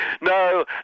No